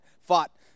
fought